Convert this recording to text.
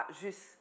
juste